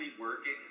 working